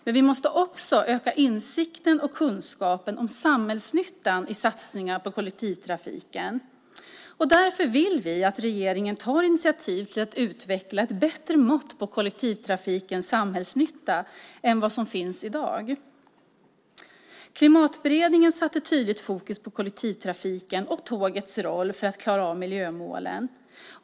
Men vi måste också öka insikten och kunskapen om samhällsnyttan i satsningar på kollektivtrafiken. Därför vill vi att regeringen tar initiativ till att utveckla ett bättre mått på kollektivtrafikens samhällsnytta än vad som finns i dag. Klimatberedningen satte tydligt fokus på kollektivtrafikens och tågets roll för att klara av miljömålen.